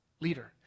leader